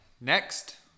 Next